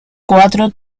cuatro